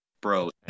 bro